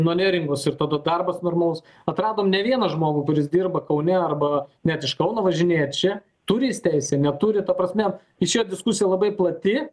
nuo neringos ir darbas normalus atradom ne vieną žmogų kuris dirba kaune arba net iš kauno važinėja čia turi jis teisę neturi ta prasme išėjo diskusija labai plati